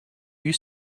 you